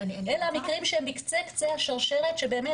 אלה המקרים שהם בקצה קצה השרשרת שבאמת